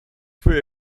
für